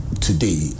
today